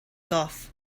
gogh